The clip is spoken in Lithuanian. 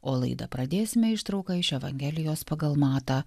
o laidą pradėsime ištrauka iš evangelijos pagal matą